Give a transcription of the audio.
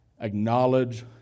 acknowledge